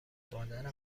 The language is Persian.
مادرم